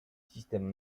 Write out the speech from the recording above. système